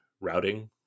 routing